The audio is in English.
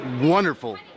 wonderful